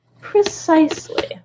Precisely